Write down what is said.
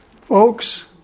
Folks